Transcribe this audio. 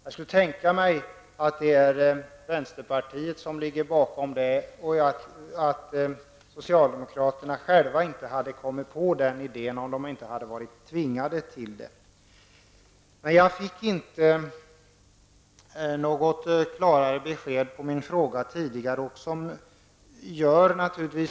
Jag kan tänka mig att vänsterpartiet ligger bakom det förslaget och att socialdemokraterna inte hade kommit på den idén själva om de inte hade blivit tvingade till det. Jag fick inte något klarare besked på min tidigare fråga.